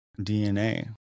DNA